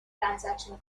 transaction